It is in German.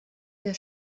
der